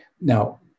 now